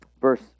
Verse